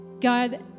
god